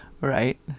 Right